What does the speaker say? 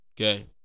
Okay